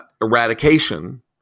eradication